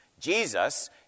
Jesus